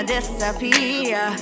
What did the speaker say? disappear